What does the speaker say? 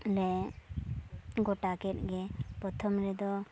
ᱞᱮ ᱜᱚᱴᱟ ᱠᱮᱫᱜᱮ ᱯᱨᱚᱛᱷᱚᱢ ᱨᱮᱫᱚ